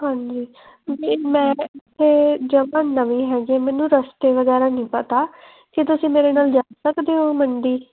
ਹਾਂਜੀ ਜੀ ਮੈਂ ਇੱਥੇ ਜਮ੍ਹਾਂ ਨਵੀਂ ਹੈਗੀ ਹੈ ਮੈਨੂੰ ਰਸਤੇ ਵਗੈਰਾ ਨਹੀਂ ਪਤਾ ਕੀ ਤੁਸੀਂ ਮੇਰੇ ਨਾਲ ਜਾ ਸਕਦੇ ਹੋ ਮੰਡੀ